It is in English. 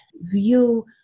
view